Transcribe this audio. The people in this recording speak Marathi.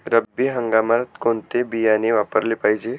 रब्बी हंगामात कोणते बियाणे वापरले पाहिजे?